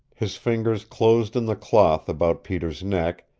his fingers closed in the cloth about peter's neck,